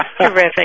terrific